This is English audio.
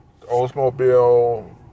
Oldsmobile